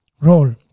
role